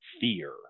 fear